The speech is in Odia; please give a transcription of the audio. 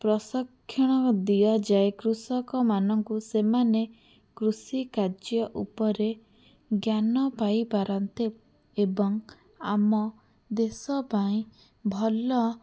ପ୍ରଶିକ୍ଷଣ ଦିଆଯାଏ କୃଷକମାନଙ୍କୁ ସେମମାନେ କୃଷିକାର୍ଯ୍ୟ ଉପରେ ଜ୍ଞାନ ପାଇପାରନ୍ତେ ଏବଂ ଆମ ଦେଶ ପାଇଁ ଭଲ